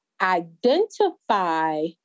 identify